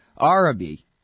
Arabi